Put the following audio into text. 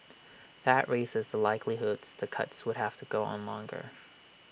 that has raises the likelihood the cuts would have to go on longer